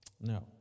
No